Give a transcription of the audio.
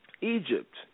Egypt